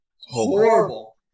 horrible